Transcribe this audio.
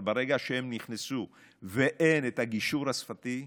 אבל ברגע שהם נכנסו ואין את הגישור השפתי,